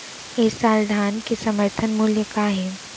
ए साल धान के समर्थन मूल्य का हे?